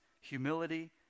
humility